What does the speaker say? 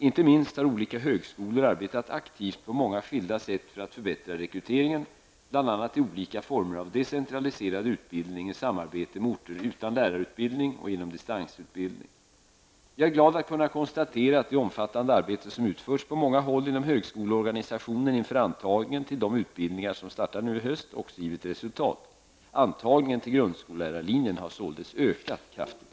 Inte minst har olika högskolor arbetat aktivt på många skilda sätt för att förbättra rekryteringen, bl.a. i olika former av decentraliserad utbildning i samarbete med orter utan lärarutbildning och genom distansutbildning. Jag är glad att kunna konstatera att det omfattande arbete som utförts på många håll inom högskoleorganisationen inför antagningen till de utbildningar som startar nu i höst också givit resultat. Antagningen till grundskollärarlinjen har således ökat kraftigt.